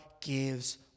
gives